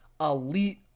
elite